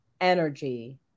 energy